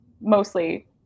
mostly